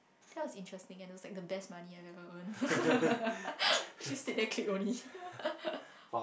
that was interesting and was like the best money I've ever earn just sit there click only